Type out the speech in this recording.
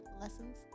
lessons